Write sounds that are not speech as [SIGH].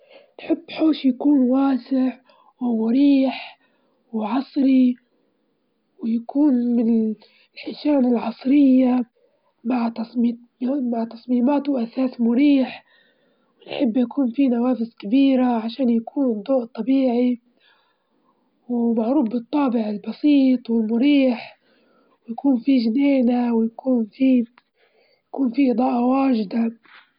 أفضل متاحف الفنون والتاريخ وخصوصًا إذا كانت تعرض أعمالها الفنية قديمة أو معارض عن ثقافات مختلفة [HESITATION] نحسها تعطيني فرصة لنتعلم حاجات جديدة عن الماضي وعن التاريخ.